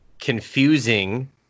confusing